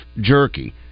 jerky